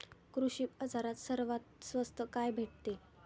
कृषी बाजारात सर्वात स्वस्त काय भेटते?